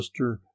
Mr